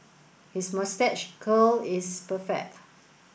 his moustache curl is perfect